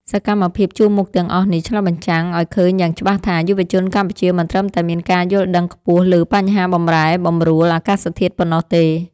សកម្មភាពជួរមុខទាំងអស់នេះឆ្លុះបញ្ចាំងឱ្យឃើញយ៉ាងច្បាស់ថា យុវជនកម្ពុជាមិនត្រឹមតែមានការយល់ដឹងខ្ពស់លើបញ្ហាបម្រែបម្រួលអាកាសធាតុប៉ុណ្ណោះទេ។